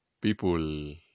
people